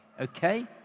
okay